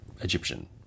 Egyptian